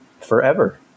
forever